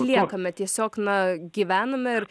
liekame tiesiog na gyvename ir